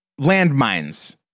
landmines